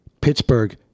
Pittsburgh